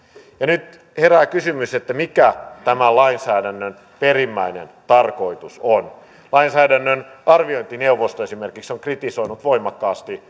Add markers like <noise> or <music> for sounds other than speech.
nyt herää kysymys mikä tämän lainsäädännön perimmäinen tarkoitus on lainsäädännön arviointineuvosto esimerkiksi on kritisoinut voimakkaasti <unintelligible>